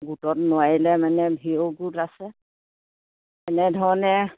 গোটত নোৱাৰিলে মানে ভি অ গোট আছে এনেধৰণে